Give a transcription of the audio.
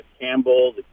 Campbell